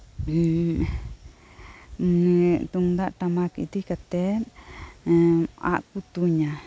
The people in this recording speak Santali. ᱛᱩᱢᱫᱟᱜ ᱴᱟᱢᱟᱠ ᱤᱫᱤ ᱠᱟᱛᱮᱜ ᱟᱜᱠᱩ ᱛᱩᱧᱟ